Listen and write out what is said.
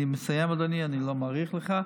אני מסיים, אדוני, אני לא מאריך לך.